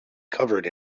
covered